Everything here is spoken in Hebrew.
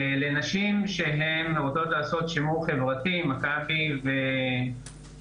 לנשים שרוצות לעשות שימור חברתי מכבי והשב"ן